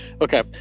okay